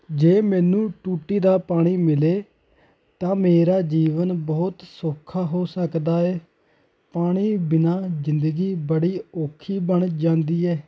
ਜੇ ਮੈਨੂੰ ਟੂਟੀ ਦਾ ਪਾਣੀ ਮਿਲੇ ਤਾਂ ਮੇਰਾ ਜੀਵਨ ਬਹੁਤ ਸੌਖਾ ਹੋ ਸਕਦਾ ਹੈ ਪਾਣੀ ਬਿਨਾਂ ਜ਼ਿੰਦਗੀ ਬੜੀ ਔਖੀ ਬਣ ਜਾਂਦੀ ਹੈ